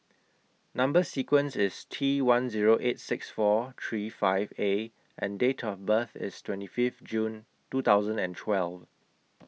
Number sequence IS T one Zero eight six four three five A and Date of birth IS twenty five June two thousand and twelve